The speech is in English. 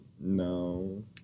no